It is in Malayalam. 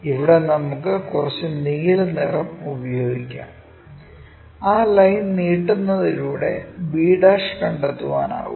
ഇവിടെ നമുക്ക് കുറച്ച് നീല നിറം ഉപയോഗിക്കാം ആ ലൈൻ നീട്ടുന്നതിലൂടെ b കണ്ടെത്താനാകും